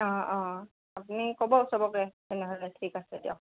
অঁ অঁ আপুনি ক'ব চবকে তেনেহ'লে ঠিক আছে দিয়ক